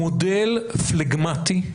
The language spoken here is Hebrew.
במודל פלגמטי,